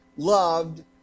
loved